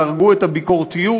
יהרגו את הביקורתיות,